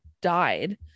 died